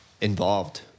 involved